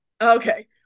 Okay